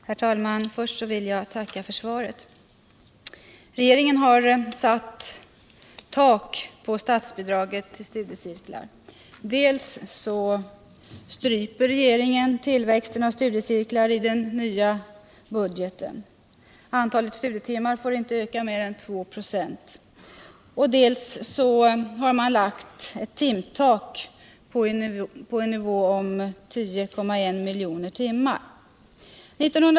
Herr talman! Först vill jag tacka för svaret. Regeringen har satt tak på statsbidragen till studiecirklar. Dels stryper regeringen tillväxten av studiecirklar i den nya budgeten — antalet studietimmar får inte öka mer än 2 0. Dels har ett timtak lagts vid en nivå på 10,1 miljoner timmar.